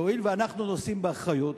שהואיל ואנחנו נושאים באחריות,